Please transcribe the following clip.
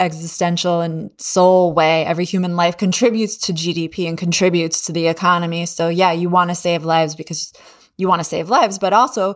existential and soul way, every human life contributes to gdp and contributes to the economy. so yeah, you want to save lives because you want to save lives. but also